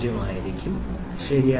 00055 ഉം ആയിരിക്കും ശരി